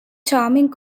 charming